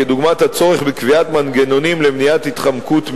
כדוגמת הצורך בקביעת מנגנונים למניעת התחמקות ממס,